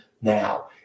now